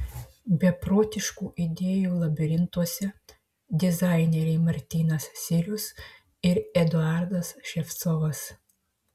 beprotiškų idėjų labirintuose dizaineriai martynas sirius ir eduardas ševcovas